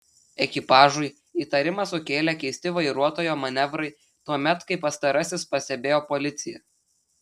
ekipažui įtarimą sukėlė keisti vairuotojo manevrai tuomet kai pastarasis pastebėjo policiją